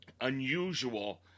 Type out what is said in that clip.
unusual